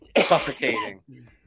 suffocating